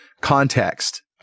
context